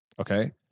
okay